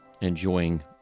enjoying